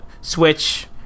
Switch